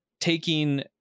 taking